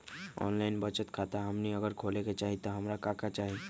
Online बचत खाता हमनी अगर खोले के चाहि त हमरा का का चाहि?